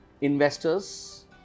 investors